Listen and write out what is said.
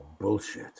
bullshit